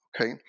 Okay